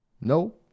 No